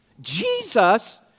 Jesus